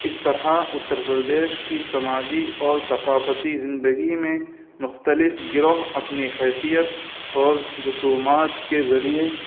اس طرح اتر پردیش کی سماجی اور ثقافتی زندگی میں مختلف گروہ اپنی حیثیت اور رسومات کے ذریعے